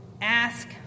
Ask